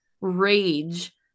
rage